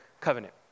covenant